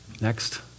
Next